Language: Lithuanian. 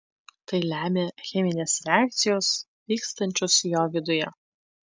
tai lemia cheminės reakcijos vykstančios jo viduje